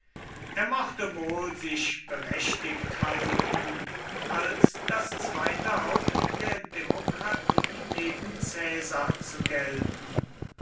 er mochte wohl sich berechtigt halten als das zweite haupt der demokratie neben caesar zu gelten